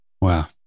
Wow